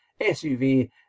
SUV